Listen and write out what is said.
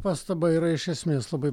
pastaba yra iš esmės labai